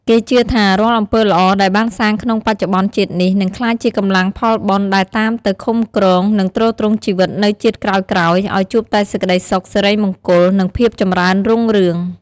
គេជឿថារាល់អំពើល្អដែលបានសាងក្នុងបច្ចុប្បន្នជាតិនេះ នឹងក្លាយជាកម្លាំងផលបុណ្យដែលតាមទៅឃំគ្រង និងទ្រទ្រង់ជីវិតនៅជាតិក្រោយៗ ឲ្យជួបតែសេចក្តីសុខ សិរីមង្គល និងភាពចម្រើនរុងរឿង។